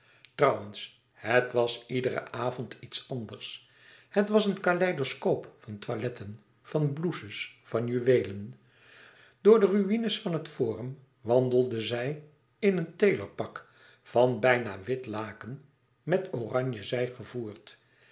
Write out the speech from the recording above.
trouwens het was iederen avond iets anders het was een kaleidoscoop van toiletten van blouses van juweelen door de ruïnes van het forum wandelde zij in een tailorpak van bijna wit laken met oranje zij gevoerd